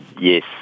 Yes